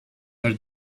are